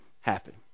happen